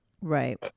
Right